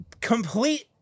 Complete